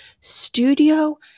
studio